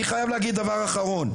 אני חייב להגיד דבר אחרון,